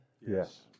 Yes